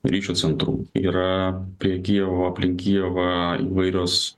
ryšių centrų yra prie kijevo aplink kijevą įvairios